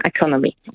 economy